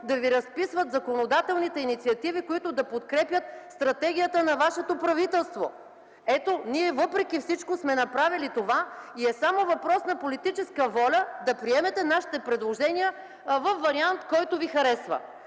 да ви разписват законодателните инициативи, които да подкрепят стратегията на вашето правителство?! Въпреки всичко ние сме направили това и е въпрос само на политическа воля да приемете нашите предложения във вариант, който ви харесва.